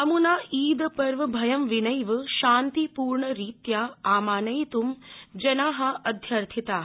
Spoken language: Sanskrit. अम्ना ईदपर्व भयं विनैव शान्तिपूर्णरीत्या आमानयित्ं जना अध्यर्थिता